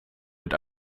mit